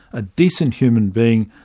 a decent human being,